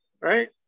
right